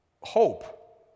hope